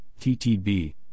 TTB